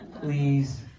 please